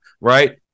Right